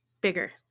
bigger